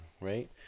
right